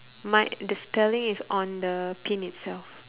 my the spelling is on the pin itself